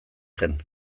zen